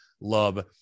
love